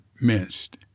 missed